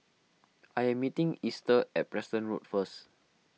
I am meeting Easter at Preston Road first